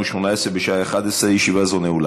חוק ומשפט להכנה לשנייה ושלישית.